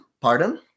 pardon